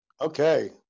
Okay